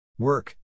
Work